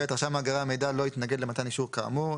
(ב)רשם מאגרי המידע לא יתנגד למתן אישור כאמור,